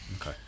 Okay